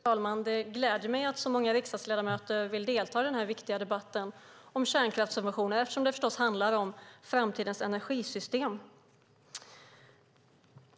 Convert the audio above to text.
Fru talman! Det gläder mig att så många riksdagsledamöter vill delta i den här viktiga debatten om kärnkraftssubventioner. Det handlar ju om framtidens energisystem.